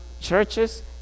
churches